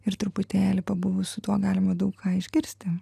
ir truputėlį pabuvus su tuo galima daug ką išgirsti